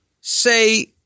say